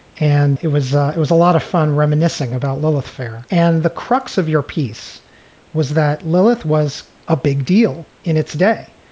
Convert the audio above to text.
and it was it was a lot of fun reminiscing about lilith fair. and the crux of your piece was that lilith was a big deal in its day.